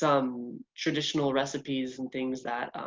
some traditional recipes and things that